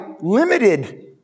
limited